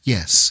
Yes